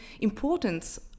importance